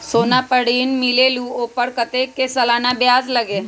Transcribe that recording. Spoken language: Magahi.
सोना पर ऋण मिलेलु ओपर कतेक के सालाना ब्याज लगे?